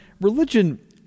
religion